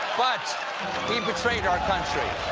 but he betrayed our country.